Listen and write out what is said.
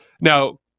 now